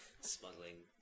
smuggling